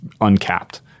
uncapped